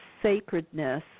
Sacredness